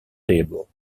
table